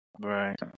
right